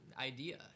idea